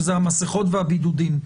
שזה המסכות והבידודים.